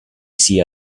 sia